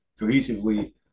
cohesively